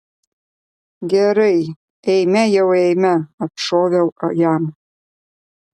gerai eime jau eime atšoviau jam